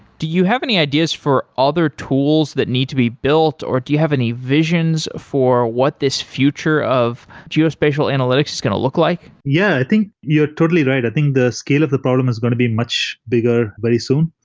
do you have any ideas for other tools that need to be built, or do you have any visions for what this future of geospatial analytics is going to look like? yeah, i think you're totally right. i think the scale of the problem is going to be much bigger very soon.